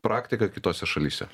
praktika kitose šalyse